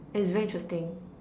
and it's very interesting